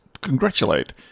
congratulate